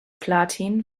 platin